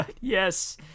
Yes